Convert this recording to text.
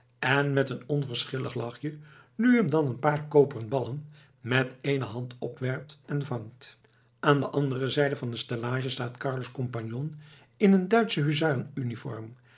en met een onverschillig lachje nu en dan een paar koperen ballen met ééne hand opwerpt en vangt aan de andere zijde van de stellage staat carlo's compagnon in een duitsche